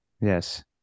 Yes